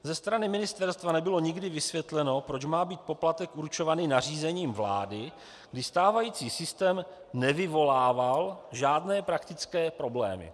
Ze strany ministerstva nebylo nikdy vysvětleno, proč má být poplatek určovaný nařízením vlády, když stávající systém nevyvolával žádné praktické problémy.